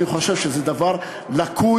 אני חושב שזה דבר לקוי,